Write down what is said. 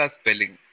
spelling